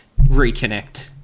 reconnect